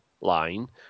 line